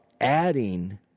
adding